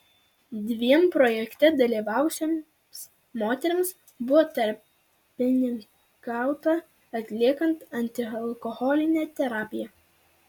dviem projekte dalyvavusioms moterims buvo tarpininkauta atliekant antialkoholinę terapiją